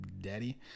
daddy